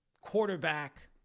quarterback